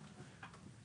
בו.